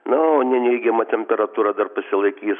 na o neneigiama temperatūra dar pasilaikys